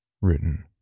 Written